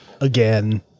Again